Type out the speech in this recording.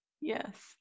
Yes